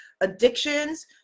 addictions